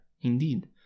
indeed